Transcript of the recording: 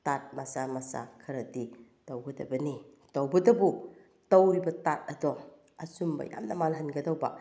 ꯇꯥꯠ ꯃꯆꯥ ꯃꯆꯥ ꯈꯔꯗꯤ ꯇꯧꯒꯗꯕꯅꯤ ꯇꯧꯕꯇꯕꯨ ꯇꯧꯔꯤꯕ ꯇꯥꯠ ꯑꯗꯣ ꯑꯆꯨꯝꯕ ꯌꯥꯝꯅ ꯃꯥꯜꯍꯟꯒꯗꯧꯕ